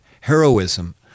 heroism